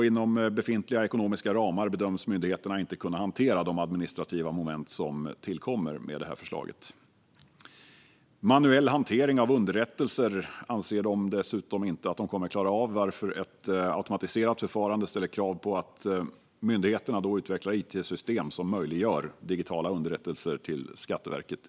Inom befintliga ekonomiska ramar bedöms myndigheterna inte kunna hantera de administrativa moment som tillkommer med detta förslag. Manuell hantering av underrättelser anser de dessutom inte att de kommer att klara av, varför ett automatiserat förfarande ställer krav på att myndigheterna utvecklar it-system som möjliggör digitala underrättelser till Skatteverket.